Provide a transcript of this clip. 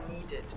needed